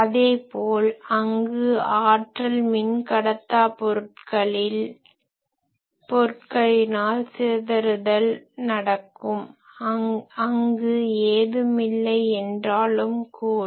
அதேபோல் அங்கு ஆற்றல் மின்கடத்தா பொருட்களினால் சிதறுதல் நடக்கும் அங்கு ஏதுமில்லை என்றாலும் கூட